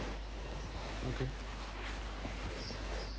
okay